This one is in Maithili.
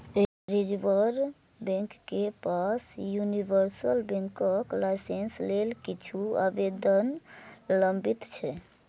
रिजर्व बैंक के पास यूनिवर्सल बैंकक लाइसेंस लेल किछु आवेदन लंबित छै